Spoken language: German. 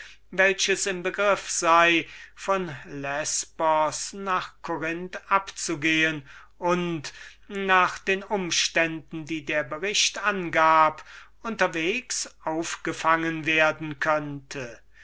welches im begriff sei von lesbos nach corinth abzugehen und welches nach den umständen die der bericht angab unterwegs aufgefangen werden könnte